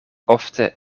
ofte